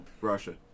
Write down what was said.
Russia